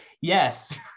yes